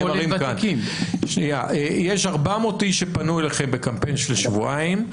יש 400 איש שפנו אליכם בקמפיין של שבועיים,